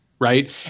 right